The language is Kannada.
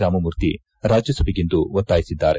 ರಾಮಮೂರ್ಟಿ ರಾಜ್ಯಸಭೆಯಲ್ಲಿಂದು ಒತ್ತಾಯಿಸಿದ್ದಾರೆ